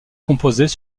composés